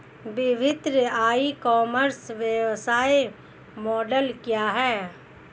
विभिन्न e commerce व्यवसाय model क्या हैं?